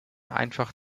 einfach